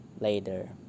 later